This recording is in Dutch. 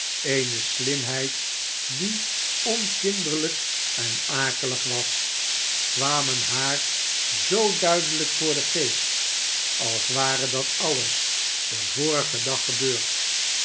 eene slimheid die onkinderlijk en akelig was kwamen haar zoo duidelijk voor den geest als ware dat alles den vorigen dag gebeurd